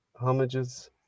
homages